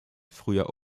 früher